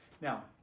Now